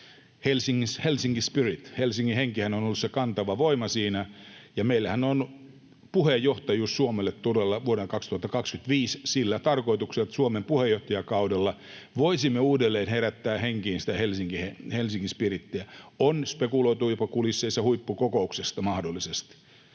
Helsinki spirithän, Helsingin henki, on ollut se kantava voima siinä, ja meillähän on puheenjohtajuus Suomella todella vuonna 2025 sillä tarkoituksella, että Suomen puheenjohtajakaudella voisimme uudelleen herättää henkiin sitä Helsinki spiritiä. On spekuloitu kulisseissa mahdollisesti